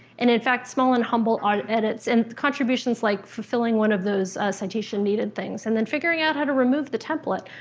and in fact, small and humble edits, and contributions like fulfilling one of those citation needed things and then figuring out how to remove the template,